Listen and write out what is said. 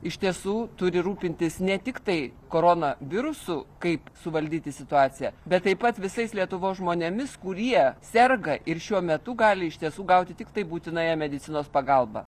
iš tiesų turi rūpintis ne tiktai korona virusu kaip suvaldyti situaciją bet taip pat visais lietuvos žmonėmis kurie serga ir šiuo metu gali iš tiesų gauti tiktai būtinąją medicinos pagalbą